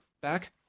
back